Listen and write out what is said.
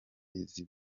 izi